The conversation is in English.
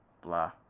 Blah